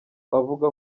avuga